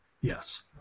Yes